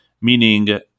meaning